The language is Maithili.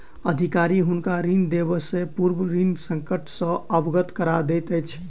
अधिकारी हुनका ऋण देबयसॅ पूर्व ऋण संकट सॅ अवगत करा दैत अछि